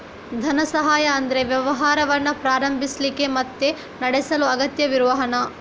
ಧನ ಸಹಾಯ ಅಂದ್ರೆ ವ್ಯವಹಾರವನ್ನ ಪ್ರಾರಂಭಿಸ್ಲಿಕ್ಕೆ ಮತ್ತೆ ನಡೆಸಲು ಅಗತ್ಯವಿರುವ ಹಣ